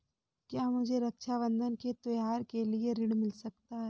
क्या मुझे रक्षाबंधन के त्योहार के लिए ऋण मिल सकता है?